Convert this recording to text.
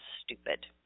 stupid